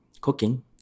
cooking